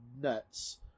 nuts